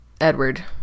edward